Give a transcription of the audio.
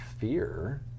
fear